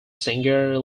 singer